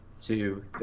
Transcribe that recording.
two